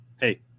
Hey